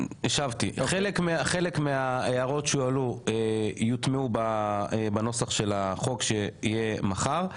חלק מההערות שהועלו יוטמעו בנוסח של החוק שיהיה מחר,